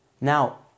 Now